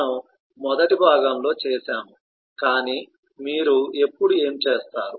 మనము మొదటి భాగంలో చేసాము కాని మీరు ఎప్పుడు ఏమి చేస్తారు